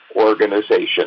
Organization